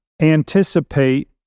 anticipate